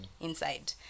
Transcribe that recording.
inside